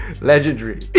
legendary